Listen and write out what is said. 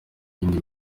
yindi